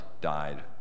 died